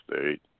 State